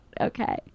Okay